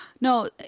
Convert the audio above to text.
No